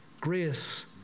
grace